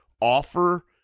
offer